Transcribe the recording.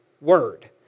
word